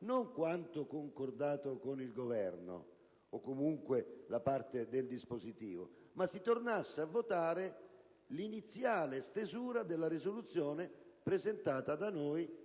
non quanto concordato con il Governo, o comunque la parte del dispositivo, ma di tornare a votare l'iniziale stesura della proposta di